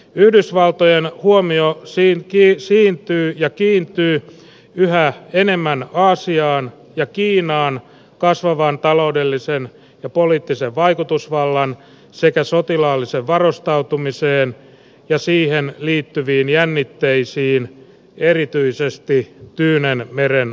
yhdysvaltojen huomio siintyy ja kiintyy yhä enemmän aasian ja kiinan kasvavaan taloudelliseen ja poliittiseen vaikutusvaltaan sekä sotilaalliseen varustautumiseen ja siihen liittyviin jännitteisiin erityisesti tyynenmeren alueella